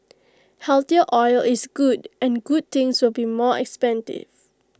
healthier oil is good and good things will be more expensive